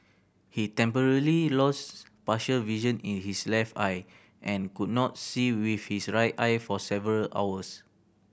he temporarily lost partial vision in his left eye and could not see with his right eye for several hours